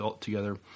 together